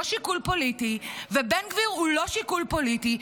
שיקול פוליטי ושבן גביר הוא לא שיקול פוליטי,